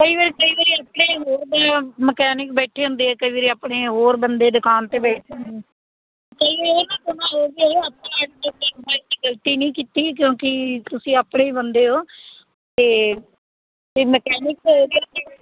ਕਈ ਵਾਰ ਕਈ ਵਾਰੀ ਆਪਣੇ ਹੋਰ ਦਾ ਮਕੈਨਿਕ ਬੈਠੇ ਹੁੰਦੇ ਆ ਕਈ ਵਾਰੀ ਆਪਣੇ ਹੋਰ ਬੰਦੇ ਦੁਕਾਨ 'ਤੇ ਬੈਠੇ ਹੁੰਦੇ ਕਿਉਂਕਿ ਤੁਸੀਂ ਆਪਣੇ ਹੀ ਬੰਦੇ ਹੋ ਅਤੇ ਫਿਰ ਮਕੈਨਿਕ